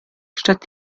statt